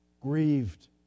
grieved